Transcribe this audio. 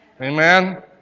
Amen